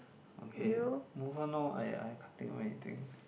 okay move on lor I I can't think of anything